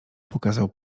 pokazał